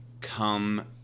come